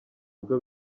bigo